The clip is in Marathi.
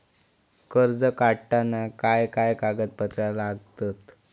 कर्ज काढताना काय काय कागदपत्रा लागतत?